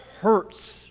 hurts